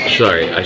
sorry